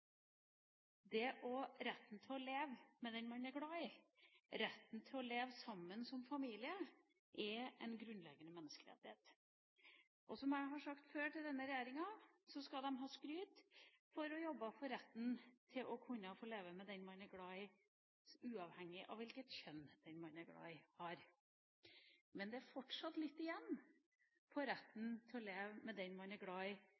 vidunderlige mann.» Retten til å leve med den man er glad i, retten til å leve sammen som familie, er en grunnleggende menneskerettighet. Som jeg har sagt før til denne regjeringa, så skal de ha skryt for å ha jobbet for retten til å kunne få leve med den man er glad i, uavhengig av hvilket kjønn den man er glad i, har. Men det er fortsatt litt igjen når det gjelder retten til å leve med den man er glad i,